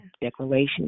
declaration